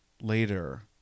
Later